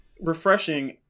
refreshing